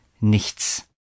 nichts